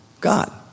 God